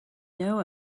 know